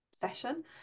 session